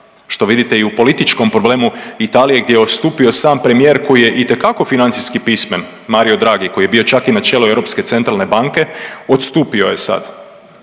što vidite i u političkom problemu Italije gdje je odstupio sam premijer koji je itekako financijski pismen, Mario Draghi, koji je bio čak i na čelu Europske centralne banke, odstupio je sad,